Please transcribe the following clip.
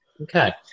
Okay